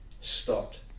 stopped